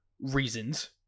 reasons